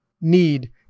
need